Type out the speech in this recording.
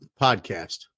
Podcast